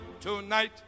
tonight